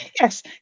yes